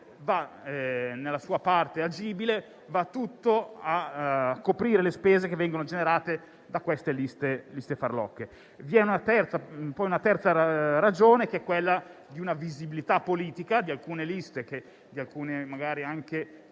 nella sua parte agibile, va tutto a coprire le spese che vengono generate da queste liste farlocche. Vi è poi una terza ragione, che è quella di una visibilità politica di alcune liste, magari anche